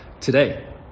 today